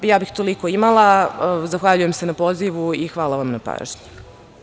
Ja bih toliko imala, zahvaljujem se na pozivu i hvala vam na pažnji.